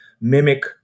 mimic